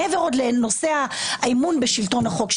מעבר לנושא האמון בשלטון החוק,